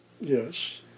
Yes